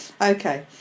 okay